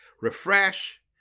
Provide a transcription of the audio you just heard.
refresh